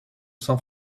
san